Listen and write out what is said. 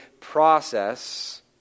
process